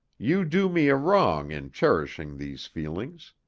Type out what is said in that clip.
you do me a wrong in cherishing these feelings.